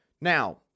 Now